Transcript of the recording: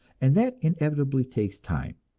and that inevitably takes time.